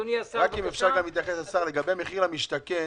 אם השר יכול גם להתייחס: ב"מחיר למשתכן",